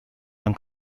dann